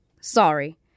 Sorry